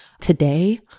today